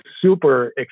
super